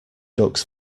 ducks